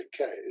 okay